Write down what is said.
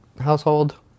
household